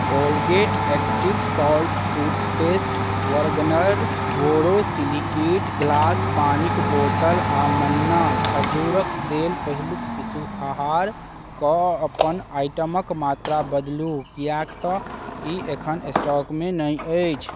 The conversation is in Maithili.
Colgate active salt toothpaste Bergner borosilicate glass पानिक बोतल आ मन्ना खजूर देल पहिलुक शिशु आहार कऽ अपन आइटमक मात्रा बदलु किएकतँ ई एखन स्टॉकमे नहि अछि